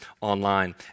online